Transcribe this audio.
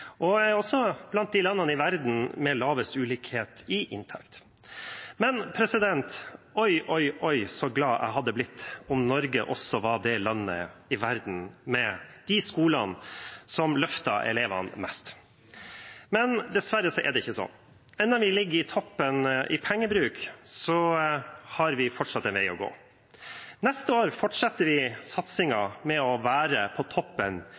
også blant de landene i verden med lavest ulikhet i inntekt. Men «oj, oj, oj, så glad» jeg hadde blitt om Norge også var det landet i verden med de skolene som løftet elevene mest. Men dessverre er det ikke sånn. Selv om vi ligger i toppen i pengebruk, har vi fortsatt en vei å gå. Neste år fortsetter vi satsingen ved å være på toppen